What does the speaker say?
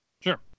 Sure